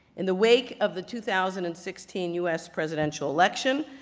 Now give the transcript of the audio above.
in the wake of the two thousand and sixteen us presidential election,